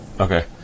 Okay